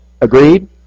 Agreed